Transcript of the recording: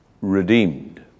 redeemed